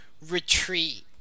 retreat